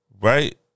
Right